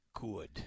good